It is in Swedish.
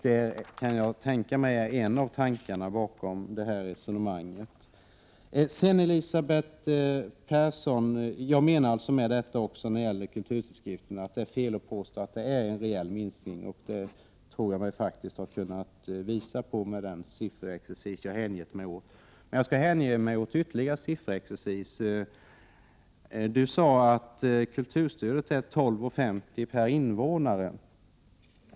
Det kan jag tänka mig är en av tankarna bakom det här resonemanget. Sedan några ord till Elisabeth Persson. Jag menar med resonemanget när det gäller kulturtidskrifterna att det är fel att påstå att det sker en rejäl minskning. Det tror jag mig faktiskt ha kunnat visa med den sifferexercis jag hängivit mig åt. Jag skall ägna mig åt ytterligare sifferexercis. Elisabeth Persson sade att kulturstödet är 12:50 per invånare.